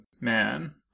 Man